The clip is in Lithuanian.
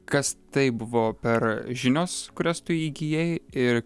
kas tai buvo per žinios kurias tu įgijai ir